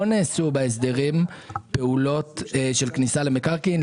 לא נעשו בהסדרים פעולות של כניסה למקרקעין,